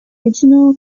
original